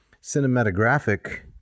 cinematographic